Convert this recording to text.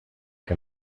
que